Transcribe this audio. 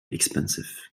expensive